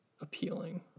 appealing